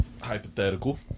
hypothetical